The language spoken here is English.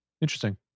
Interesting